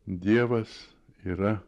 dievas yra